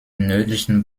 nördlichen